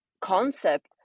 concept